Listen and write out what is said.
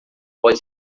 pode